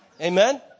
Amen